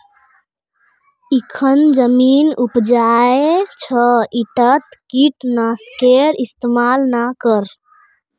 इखन जमीन उपजाऊ छ ईटात कीट नाशकेर इस्तमाल ना कर